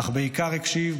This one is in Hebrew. אך בעיקר הקשיב,